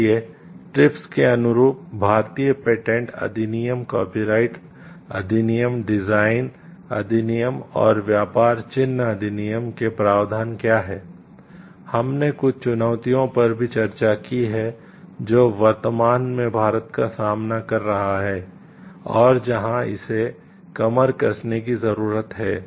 इसलिए ट्रिप्स अधिनियम और व्यापार चिह्न अधिनियम के प्रावधान क्या हैं हमने कुछ चुनौतियों पर भी चर्चा की है जो वर्तमान में भारत का सामना कर रहा है और जहां इसे कमर कसने की जरूरत है